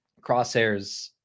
Crosshairs